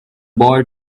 boy